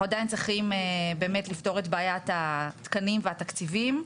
אנחנו צריכים באמת לפתור את בעיית התקנים והתקציבים,